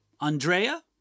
Andrea